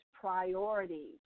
priorities